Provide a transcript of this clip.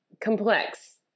complex